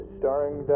starring